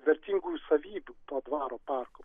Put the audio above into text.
vertingųjų savybių to dvaro parko